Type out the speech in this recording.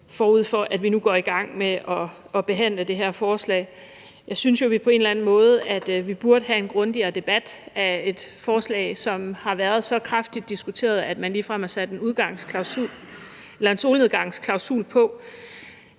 forud for at vi nu går i gang med at behandle det her forslag. Jeg synes jo, at vi på en eller anden måde burde have en grundigere debat af et forslag, som har været så kraftigt diskuteret, at man ligefrem har sat en solnedgangsklausul på.